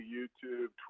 YouTube